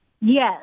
Yes